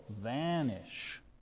vanish